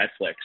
Netflix